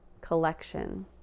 collection